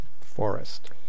Forest